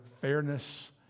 fairness